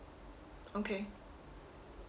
okay